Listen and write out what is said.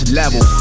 level